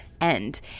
end